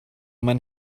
mein